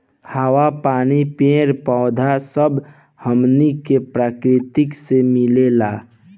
हवा, पानी, पेड़ पौधा सब हमनी के प्रकृति से मिलेला